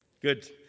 good